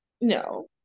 no